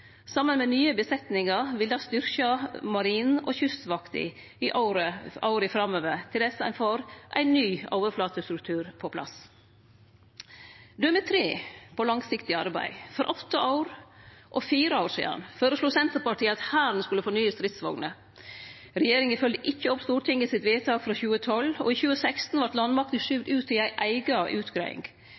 Saman med nye besetningar vil det styrkje Marinen og Kystvakta i åra framover til dess ein får ein ny overflatestruktur på plass. Døme tre på langsiktig arbeid: For åtte og fire år sidan føreslo Senterpartiet at Hæren skulle få nye stridsvogner. Regjeringa fylgde ikkje opp Stortingets vedtak frå 2012, og i 2016 vart landmakta skyvd ut i ei eiga utgreiing.